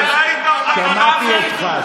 שמעתי אותך,